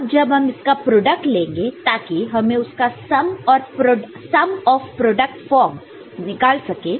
अब जब हम इसका प्रोडक्ट लेंगे ताकि हमें उसका सम ऑफ प्रोडक्ट फ़ॉर्म निकाल सके